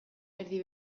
erdi